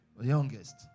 youngest